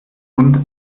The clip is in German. mund